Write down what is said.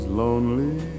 lonely